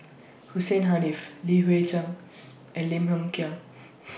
Hussein Haniff Li Hui Cheng and Lim Hng Kiang